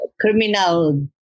criminal